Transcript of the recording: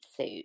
suit